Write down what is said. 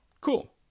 Cool